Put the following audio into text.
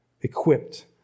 equipped